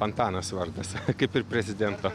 antanas vardas kaip ir prezidento